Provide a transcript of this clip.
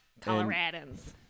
Coloradans